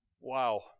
Wow